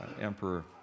Emperor